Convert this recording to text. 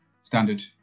standard